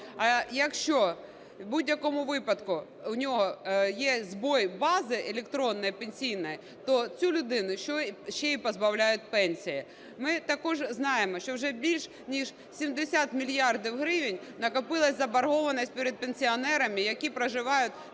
А якщо, в будь-якому випадку, у нього є збій бази електронної пенсійної, то цю людину ще й позбавляють пенсії. Ми також знаємо, що вже більш ніж 70 мільярдів гривень накопилась заборгованість перед пенсіонерами, які проживають